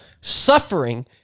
suffering